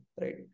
right